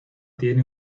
tiene